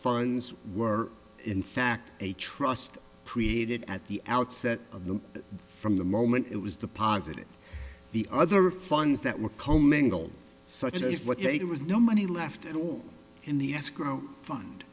funds were in fact a trust predated at the outset of them from the moment it was the positive the other funds that were commingled such as what it was no money left at all in the escrow fund